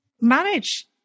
manage